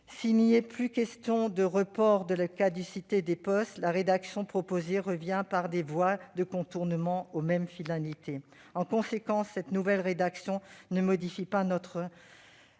S'il n'y est plus question de report de la caducité des POS, la rédaction proposée revient par des voies de contournement aux mêmes finalités. En conséquence, cette nouvelle rédaction ne modifie pas notre